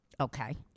okay